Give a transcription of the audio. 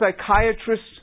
psychiatrist's